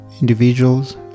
individuals